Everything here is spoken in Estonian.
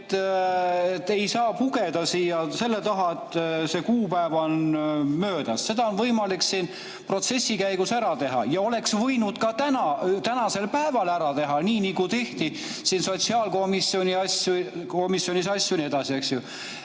Te ei saa pugeda selle taha, et see kuupäev on möödas. Seda on võimalik siin protsessi käigus ära teha ja oleks võinud ka tänasel päeval ära teha, nii nagu tehti sotsiaalkomisjonis asju ja